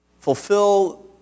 fulfill